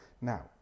Now